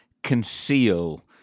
Conceal